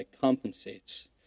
compensates